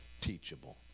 teachable